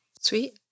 Sweet